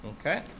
Okay